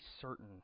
certain